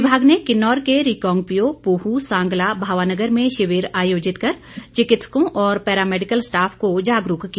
विमाग ने किन्नौर के रिकांगपिओ पूह सांगला भावा नगर में शिविर आयोजित कर चिकित्सकों और पैरामैडिकल स्टॉफ को जागरूक किया